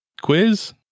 quiz